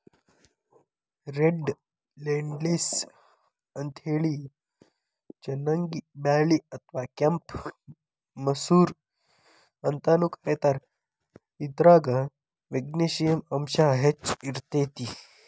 red lentils ಅಂತೇಳಿ ಚನ್ನಂಗಿ ಬ್ಯಾಳಿ ಅತ್ವಾ ಕೆಂಪ್ ಮಸೂರ ಅಂತಾನೂ ಕರೇತಾರ, ಇದ್ರಾಗ ಮೆಗ್ನಿಶಿಯಂ ಅಂಶ ಹೆಚ್ಚ್ ಇರ್ತೇತಿ